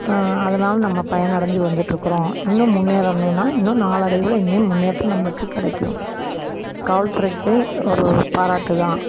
அதனால் நம்ம பயனடஞ்சு வந்துகிட்ருக்குறோம் இன்னும் முன்னேறணும்னால் இன்னும் நாளடைவில் இன்னும் முன்னேற்றம் நம்மளுக்கு கிடைக்கும் காவல்துறைக்கு ஒரு பாராட்டு தான்